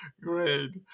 Great